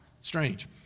Strange